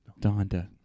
Donda